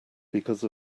because